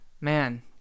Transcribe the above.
man